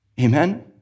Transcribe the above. Amen